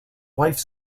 wife